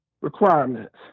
requirements